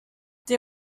they